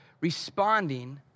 responding